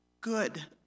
good